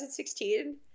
2016